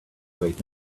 wait